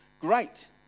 great